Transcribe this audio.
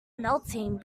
melting